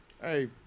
Hey